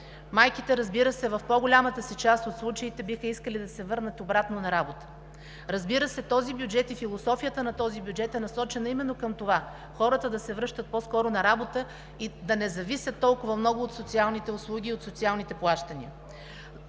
Майките в по-голямата част от случаите биха искали да се върнат обратно на работа. Разбира се, този бюджет, философията на този бюджет е насочена именно към това – хората да се връщат по-скоро на работа и да не зависят толкова много от социалните услуги и от социалните плащания.